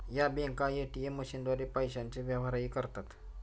या बँका ए.टी.एम मशीनद्वारे पैशांचे व्यवहारही करतात